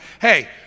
hey